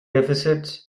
deficits